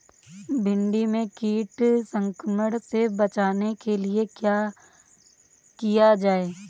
भिंडी में कीट संक्रमण से बचाने के लिए क्या किया जाए?